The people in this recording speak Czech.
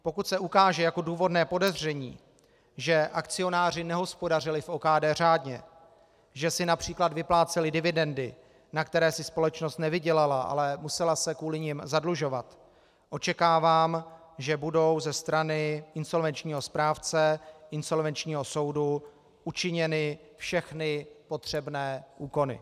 Pokud se ukáže jako důvodné podezření, že akcionáři nehospodařili v OKD řádně, že si např. vypláceli dividendy, na které si společnost nevydělala, ale musela se kvůli nim zadlužovat, očekávám, že budou ze strany insolvenčního správce insolvenčního soudu učiněny všechny potřebné úkony.